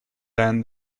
then